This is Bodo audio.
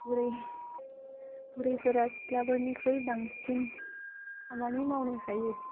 बुरै बुरैफोरा सिख्लाफोरनिख्रुय बांसिन खामानि मावनो हायो